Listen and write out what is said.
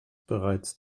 bereits